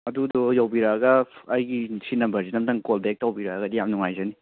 ꯑꯗꯨꯗꯣ ꯌꯧꯕꯤꯔꯛꯑꯒ ꯑꯩꯒꯤ ꯁꯤ ꯅꯝꯕꯔꯁꯤꯗ ꯑꯝꯇꯪ ꯀꯣꯜ ꯕꯦꯛ ꯇꯧꯕꯤꯔꯛꯑꯒꯗꯤ ꯌꯥꯝ ꯅꯨꯡꯉꯥꯏꯖꯒꯅꯤ